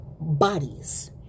bodies